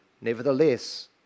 Nevertheless